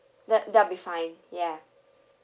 that that'll be fine ya